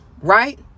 right